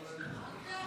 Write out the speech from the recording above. מתקנת),